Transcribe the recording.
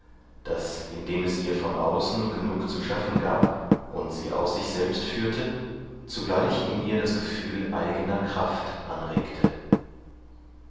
das indem es ihr von außen genug zu schaffen gab und sie aus sich selbst führte zugleich in ihr das gefühl eigener kraft anregte